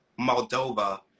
Moldova